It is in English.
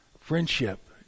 Friendship